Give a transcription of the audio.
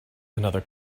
another